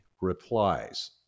replies